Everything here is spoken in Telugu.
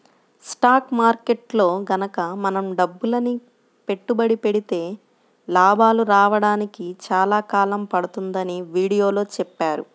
స్టాక్ మార్కెట్టులో గనక మనం డబ్బులని పెట్టుబడి పెడితే లాభాలు రాడానికి చాలా కాలం పడుతుందని వీడియోలో చెప్పారు